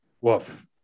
Woof